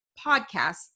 podcasts